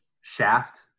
Shaft